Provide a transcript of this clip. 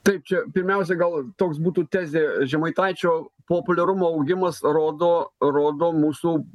taip čia pirmiausia gal toks būtų tezė žemaitaičio populiarumo augimas rodo rodo mūsų